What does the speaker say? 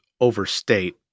overstate